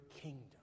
kingdom